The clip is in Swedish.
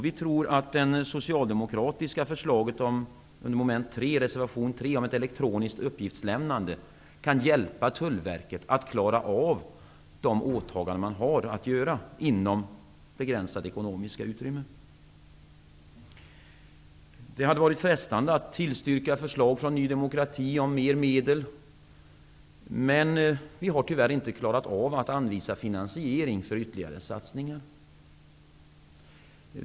Vi tror att det socialdemokratiska förslaget under mom. 3 i reservation 3 om ett elektroniskt uppgiftslämnande kan hjälpa Tullverket att klara av de åtaganden man har inom begränsat ekonomiskt utrymme. Det hade varit frestande att tillstyrka förslag från Ny demokrati om mer medel, men vi har tyvärr inte klarat av att anvisa finansiering för ytterligare satsningar.